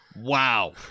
wow